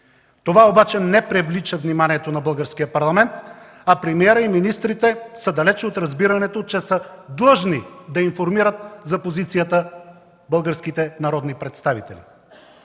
Това обаче не привлича вниманието на Българския парламент, а премиерът и министрите са далече от разбирането, че са длъжни да информират за позицията българските народни представители.